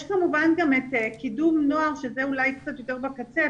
יש כמובן גם את קידום נוער שזה אולי קצת יותר בקצה,